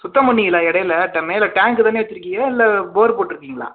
சுத்தம் பண்ணீங்களா இடையில ட மேலே டேங்க் தானே வச்சுருக்கீங்க இல்லை போர் போட்டுருக்கீங்களா